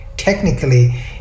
technically